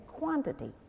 quantity